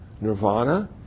Nirvana